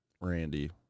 Randy